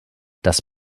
das